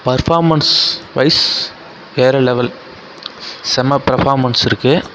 performance wise வேறு level செம்ம performance இருக்குது